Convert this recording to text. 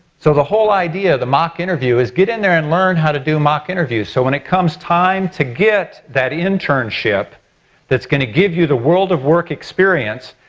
so the whole idea of the mock interview is get in there and learn how to do mock interviews so when it comes time to get that internship that's going to give you the world of work experience,